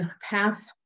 path